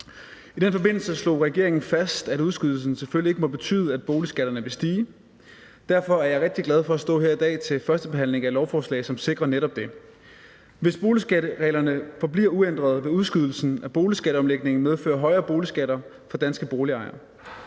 I den forbindelse slog regeringen fast, at udskydelsen selvfølgelig ikke må betyde, at boligskatterne vil stige. Derfor er jeg rigtig glad for at stå her i dag til førstebehandlingen af et lovforslag, som sikrer netop det. Hvis boligskattereglerne forbliver uændrede, vil udskydelsen af boligskatteomlægningen medføre højere boligskatter for danske boligejere.